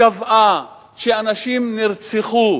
קבעה שאנשים נרצחו,